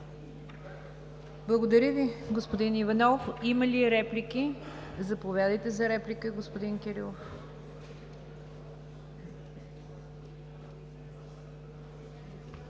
Благодаря Ви, господин Иванов. Има ли реплики? Заповядайте за реплика, господин Кирилов.